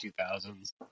2000s